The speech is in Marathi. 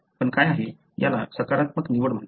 पण काय आहे याला सकारात्मक निवड म्हणतात